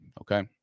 Okay